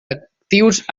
actius